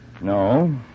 No